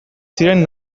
ziren